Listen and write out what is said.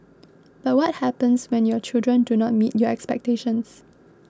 but what happens when your children do not meet your expectations